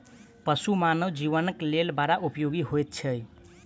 पशु मानव जीवनक लेल बड़ उपयोगी होइत छै